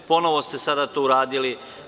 Ponovo ste sada to uradili.